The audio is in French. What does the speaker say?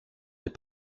des